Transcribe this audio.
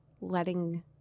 letting